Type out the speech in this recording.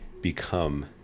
become